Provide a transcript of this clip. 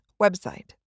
website